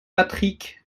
patrick